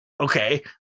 Okay